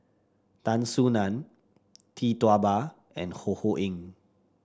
Tan Soo Nan Tee Tua Ba and Ho Ho Ying